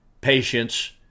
patience